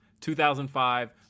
2005